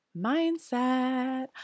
mindset